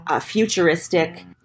futuristic